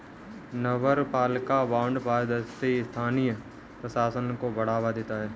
नगरपालिका बॉन्ड पारदर्शी स्थानीय प्रशासन को बढ़ावा देते हैं